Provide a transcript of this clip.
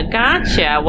gotcha